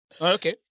Okay